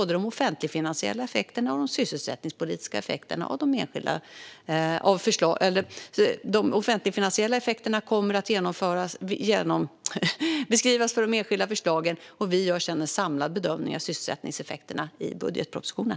De offentligfinansiella effekterna kommer att beskrivas för de enskilda förslagen, och vi gör sedan en samlad bedömning av sysselsättningseffekterna i budgetpropositionen.